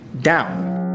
down